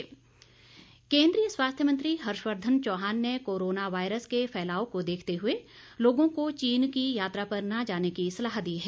corona virus केन्द्रीय स्वास्थ्य मंत्री हर्षवर्धन चौहान ने कोरोना वायरस के फैलाव को देखते हुए लोगों को चीन की यात्रा पर न जाने की सलाह दी है